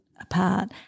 apart